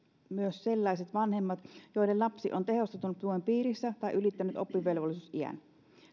sellaiset vanhemmat joiden lapsi on tehostetun tuen piirissä tai ylittänyt oppivelvollisuusiän